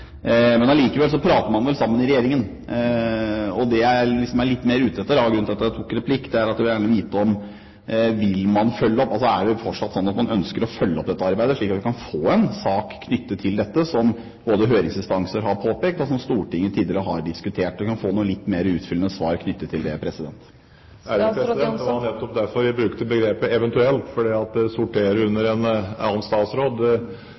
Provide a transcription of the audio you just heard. prater man vel sammen i regjeringen, og det jeg er litt ute etter – og grunnen til at jeg tok replikk – er at jeg gjerne vil vite om man vil følge opp. Er det fortsatt er sånn at man ønsker å følge opp dette arbeidet, slik at vi kan få en sak knyttet til dette, noe både høringsinstanser har påpekt og Stortinget tidligere har diskutert? Kan jeg få et litt mer utfyllende svar knyttet til det? Det var nettopp derfor jeg brukte begrepet «eventuelt», for det sorterer under en annen statsråd.